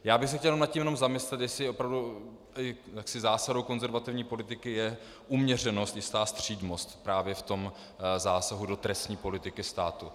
Já bych se chtěl jenom zamyslet nad tím, jestli opravdu zásadou konzervativní politiky je uměřenost, jistá střídmost právě v tom zásahu do trestní politiky státu.